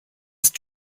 ist